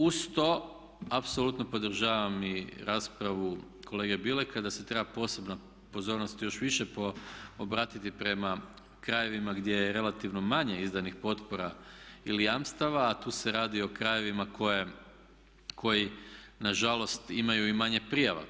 Uz to apsolutno podržavam i raspravu kolege Bileka da se treba posebna pozornost još više obratiti prema krajevima gdje je relativno manje izdanih potpora ili jamstava a tu se radi o krajevima koji nažalost imaju i manje prijava.